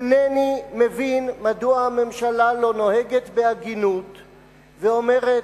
אינני מבין מדוע הממשלה לא נוהגת בהגינות ואומרת: